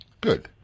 Good